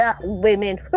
women